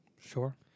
Sure